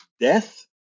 death